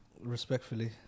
Respectfully